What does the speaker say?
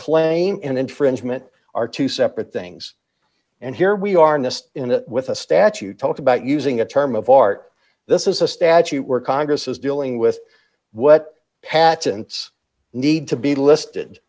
claim and infringement are two separate things and here we are n'est in with a statute talked about using a term of art this is a statute we're congress is dealing with what patents need to be listed